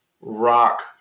rock